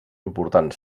important